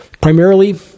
primarily